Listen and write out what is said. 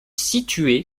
situé